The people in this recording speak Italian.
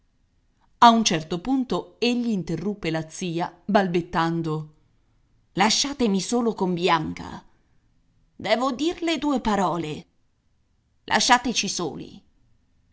a un certo punto egli interruppe la zia balbettando lasciatemi solo con bianca devo dirle due parole lasciateci soli